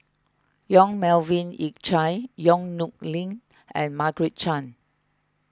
Yong Melvin Yik Chye Yong Nyuk Lin and Margaret Chan